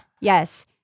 yes